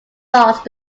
lost